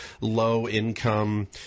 low-income